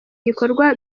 gikorwa